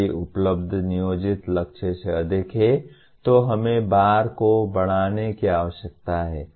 यदि उपलब्धि नियोजित लक्ष्य से अधिक है तो हमें बार को बढ़ाने की आवश्यकता है